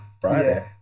Friday